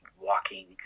walking